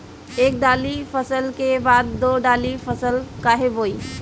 एक दाली फसल के बाद दो डाली फसल काहे बोई?